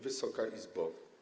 Wysoka Izbo!